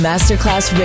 Masterclass